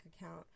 account